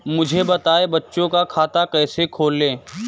मुझे बताएँ बच्चों का खाता कैसे खोलें?